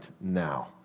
now